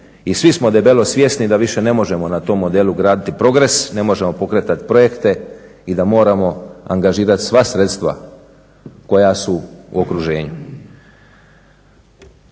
I svi smo debelo svjesni da više ne možemo na tom modelu graditi progres, ne možemo pokretati projekte i da moramo angažirati sva sredstva koja su u okruženju.